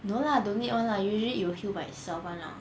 no lah don't need [one] lah usually it will heal by itself [one] lah